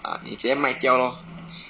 ah 你直接卖掉 lor